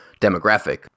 demographic